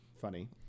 funny